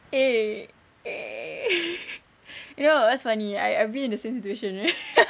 eh you know what was funny I I've been in the same situation